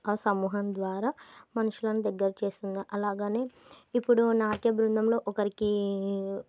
ఆ సమూహం ద్వారా మనుషులను దగ్గర చేస్తుంది అలాగనే ఇప్పుడు నాట్య బృందంలో ఒకరికి